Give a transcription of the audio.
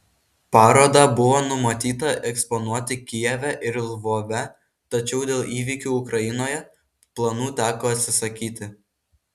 parodą buvo numatyta eksponuoti kijeve ir lvove tačiau dėl įvykių ukrainoje planų teko atsisakyti